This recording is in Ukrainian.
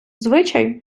звичай